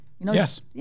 Yes